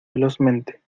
velozmente